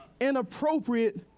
Inappropriate